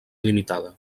limitada